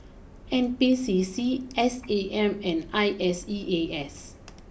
N P C C S A M and I S E A S